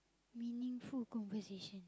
meaningful conversation